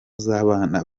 z’abana